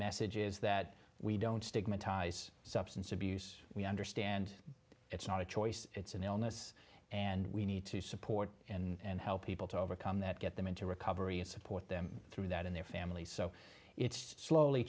message is that we don't stigmatize substance abuse we understand it's not a choice it's an illness and we need to support and help people to overcome that get them into recovery and support them through that in their family so it's slowly